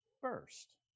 first